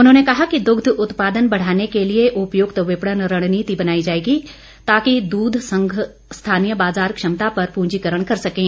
उन्होंने कहा कि दुग्ध उत्पादन बढ़ाने के लिए उपयुक्त विपणन रणनीति अपनाई जाएगी ताकि दूध संघ स्थानीय बाजार क्षमता पर पूंजीकरण कर सकें